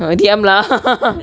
diam lah